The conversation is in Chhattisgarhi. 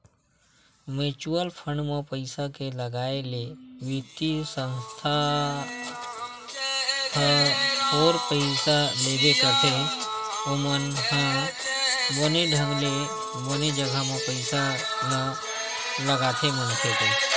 म्युचुअल फंड म पइसा के लगाए ले बित्तीय संस्था ह थोर पइसा लेबे करथे ओमन ह बने ढंग ले बने जघा म पइसा ल लगाथे मनखे के